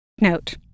Note